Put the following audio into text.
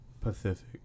Pacific